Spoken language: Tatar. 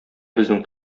безнең